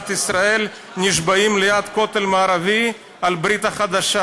ישראל נשבעים ליד הכותל המערבי על הברית החדשה?